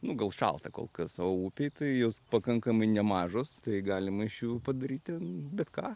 nu gal šalta kol kas o upėj tai jos pakankamai nemažos tai galima iš jų padaryti bet ką